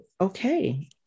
okay